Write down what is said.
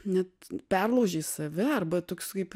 net perlaužei save arba toks kaip